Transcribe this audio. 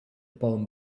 palm